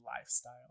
lifestyle